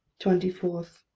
twenty four.